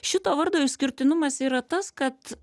šito vardo išskirtinumas yra tas kad